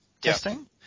testing